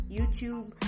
YouTube